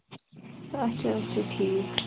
اچھا اچھا ٹھیٖک